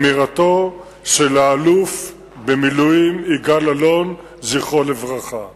אמירתו של האלוף במילואים יגאל אלון, זכרו לברכה.